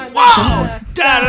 Whoa